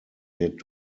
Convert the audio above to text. wird